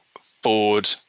ford